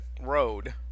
Road